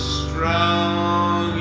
strong